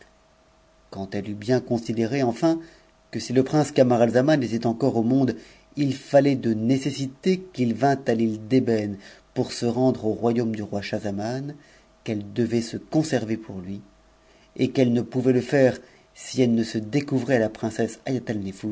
quand elle eut bien considéré enfin que si le prince camaralzaman était encore au monde il fallait de nécessité qu'il il vint à l'ue d'ébène pour se rendre au royaume du roi schahzaman qu'elle devait se conserver pour lui et qu'elle ne pouvait le faire si elle ne se découvrait à la princesse